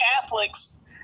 Catholics